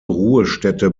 ruhestätte